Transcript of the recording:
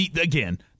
again –